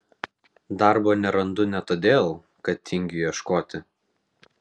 darbo nerandu ne todėl kad tingiu ieškoti